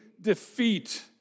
defeat